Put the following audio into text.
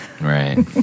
Right